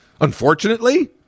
Unfortunately